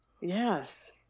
Yes